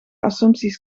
assumpties